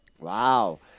Wow